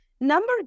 Number